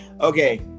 Okay